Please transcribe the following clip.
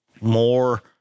more